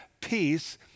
peace